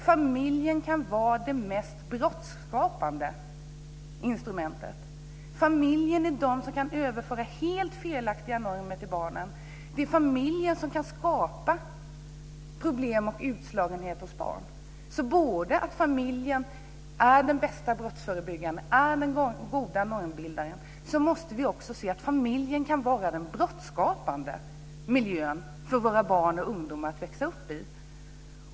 Familjen kan vara det mest brottsskapande instrumentet. Familjen kan överföra helt felaktiga normer till barnen. Familjen kan skapa problem och utslagning. Samtidigt som familjen är den bästa brottsförebyggaren och den goda normbildaren kan den också vara den brottsskapande miljön för våra barn och ungdomar.